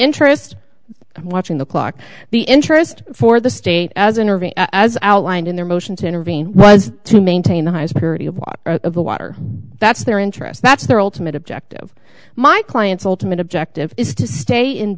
interest watching the clock the interest for the state as intervene as outlined in their motion to intervene was to maintain the high security of all of the water that's their interest that's their ultimate objective my client's ultimate objective is to stay in